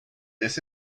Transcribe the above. this